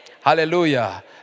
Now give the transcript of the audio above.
Hallelujah